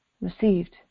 received